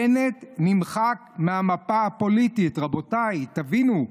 בנט נמחק מהמפה הפוליטית, רבותיי, תבינו.